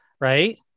right